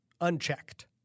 unchecked